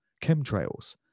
chemtrails